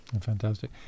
Fantastic